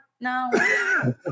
no